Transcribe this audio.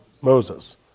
Moses